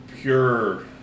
pure